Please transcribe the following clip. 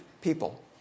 people